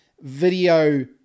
video